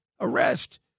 arrest